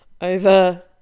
over